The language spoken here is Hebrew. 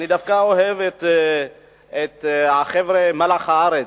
אני דווקא אוהב את החבר'ה, מלח הארץ,